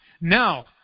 Now